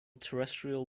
terrestrial